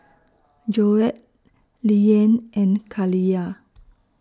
Joette Lilyan and Kaliyah